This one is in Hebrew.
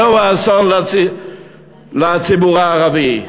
זהו האסון לציבור הערבי.